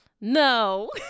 No